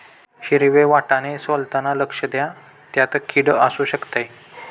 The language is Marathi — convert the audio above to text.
हिरवे वाटाणे सोलताना लक्ष द्या, त्यात किड असु शकते